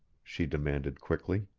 she demanded quickly.